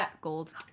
gold